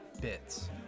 Bits